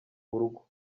urugo